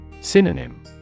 Synonym